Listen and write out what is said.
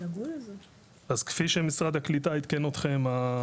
אז כפי שמשרד הקליטה עדכן אתכם,